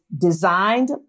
designed